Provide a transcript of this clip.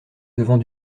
devant